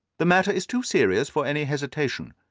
the matter is too serious for any hesitation.